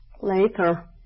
later